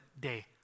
day